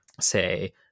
say